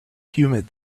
humid